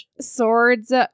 Swords